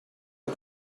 but